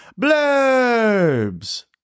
Blurbs